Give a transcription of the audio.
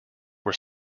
were